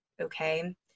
Okay